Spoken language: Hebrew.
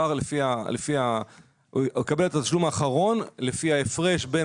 הוא יקבל את התשלום האחרון לפי ההפרש בין